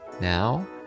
Now